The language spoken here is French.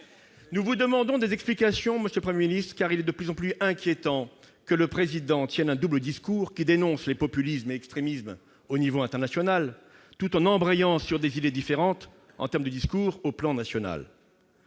Nous vous demandons des explications, monsieur le Premier ministre, car il est de plus en plus inquiétant que le Président tienne un double discours, qui dénonce les populismes et extrémismes au niveau international, tout en embrayant sur des idées différentes sur le plan national.